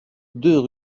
deux